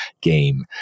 game